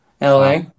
LA